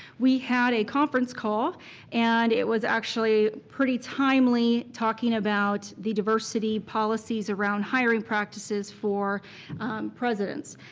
we had a conference call and it was actually pretty timely talking about the diversity policies around hiring practices for presidents.